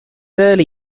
early